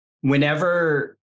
whenever